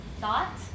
thought